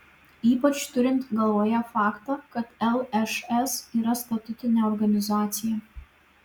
ypač turint galvoje faktą kad lšs yra statutinė organizacija